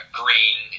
green